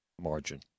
margin